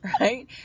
right